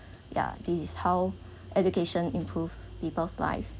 yeah this is how education improve people's life